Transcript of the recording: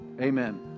Amen